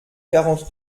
quarante